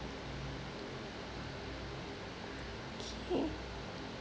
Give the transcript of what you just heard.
okay